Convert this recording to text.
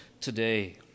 today